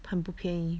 很不便宜